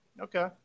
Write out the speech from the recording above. okay